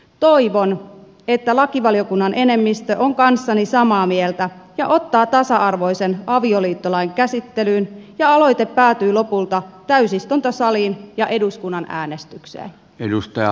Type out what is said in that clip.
toivon että lakivaliokunnan enemmistö on kanssani samaa mieltä ja ottaa tasa arvoisen avioliittolain käsittelyyn ja aloite päätyy lopulta täysistuntosaliin ja eduskunnan äänestykseen